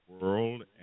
world